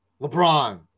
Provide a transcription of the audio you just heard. LeBron